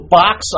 box